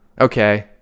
okay